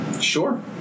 sure